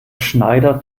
schneider